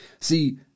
See